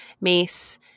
mace